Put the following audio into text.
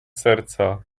serca